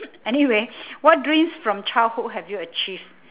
anyway what dreams from childhood have you achieved